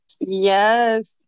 Yes